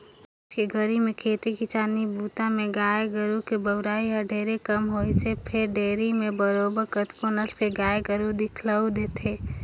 आयज के घरी में खेती किसानी बूता में गाय गोरु के बउरई हर ढेरे कम होइसे फेर डेयरी म बरोबर कतको नसल के गाय गोरु दिखउल देथे